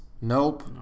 Nope